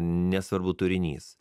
nesvarbu turinys